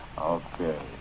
Okay